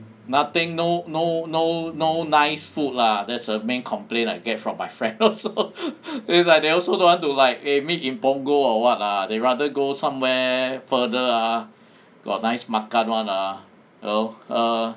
nothing no no no no nice food lah that's a main complaint I get from my friend also is like they also don't want to like eh meet in punggol or what ah they rather go somewhere further ah got nice makan one ah you know err